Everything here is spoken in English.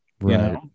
right